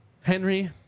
Henry